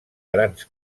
grans